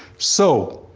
so,